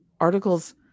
articles